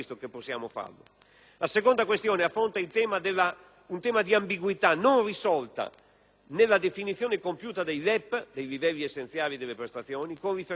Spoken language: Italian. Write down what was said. La seconda questione affronta un tema di ambiguità non risolta nella definizione compiuta dai LEP (livelli essenziali delle prestazioni) con riferimento all'assistenza.